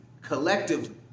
collectively